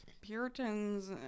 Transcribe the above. puritans